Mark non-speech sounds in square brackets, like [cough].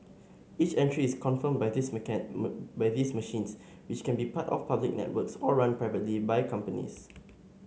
each entry is confirmed by these [unintelligible] by these machines which can be part of public networks or run privately by companies